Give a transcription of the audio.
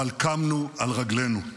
אבל קמנו על רגלינו.